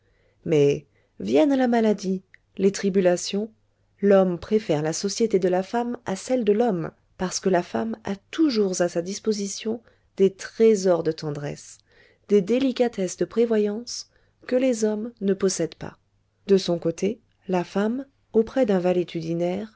mais viennent la maladie les tribulations l'homme préfère la société de la femme à celle de l'homme parce que la femme a toujours à sa disposition des trésors de tendresse des délicatesses de prévoyance que les hommes ne possèdent pas de son côté la femme auprès d'un